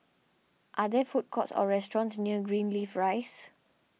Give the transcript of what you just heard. are there food courts or restaurants near Greenleaf Rise